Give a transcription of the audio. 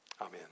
Amen